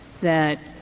that-